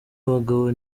abagabo